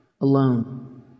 alone